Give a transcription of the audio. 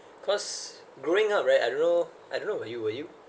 cause growing up right I don't know I don't know were you where you